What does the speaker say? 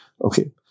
Okay